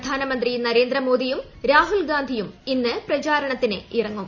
പ്രധാനമന്ത്രി നരേന്ദ്രമോദിയും രാഹുൽഗാന്ധിയും ഇന്ന് പ്രചരണത്തിന് ഇറങ്ങും